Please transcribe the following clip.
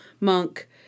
Monk